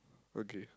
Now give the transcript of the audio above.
okay